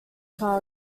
cargo